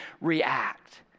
react